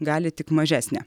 gali tik mažesnę